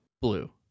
Blue